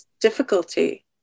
difficulty